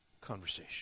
conversation